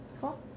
Cool